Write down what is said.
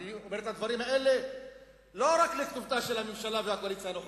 ואני אומר את הדברים האלה לא רק לחובתה של הממשלה והקואליציה הנוכחית,